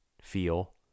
feel